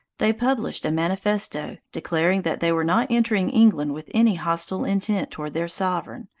they published a manifesto, declaring that they were not entering england with any hostile intent toward their sovereign,